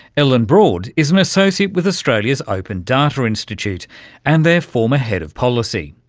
ellen broad is an associate with australia's open data institute and their former head of policy.